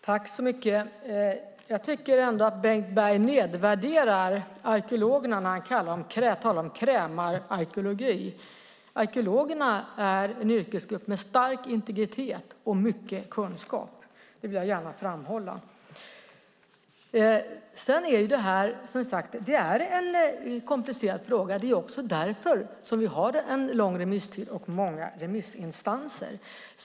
Herr talman! Jag tycker ändå att Bengt Berg nedvärderar arkeologerna när han talar om krämararkeologi. Arkeologerna är en yrkesgrupp med stark integritet och mycket kunskap; det vill jag gärna framhålla. Detta är som sagt en komplicerad fråga. Det är också därför vi har en lång remisstid och många remissinstanser.